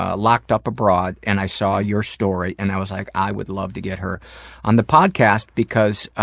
ah locked up abroad, and i saw your story, and i was, like, i would love to get her on the podcast because,